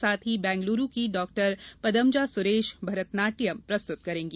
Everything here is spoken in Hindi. साथ ही बैंगलूरू की डॉ पदमजा सुरेश भरतनाट्यम प्रस्तुत करेंगी